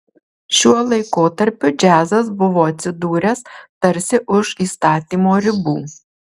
šiuo laikotarpiu džiazas buvo atsidūręs tarsi už įstatymo ribų